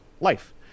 life